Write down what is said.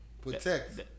protect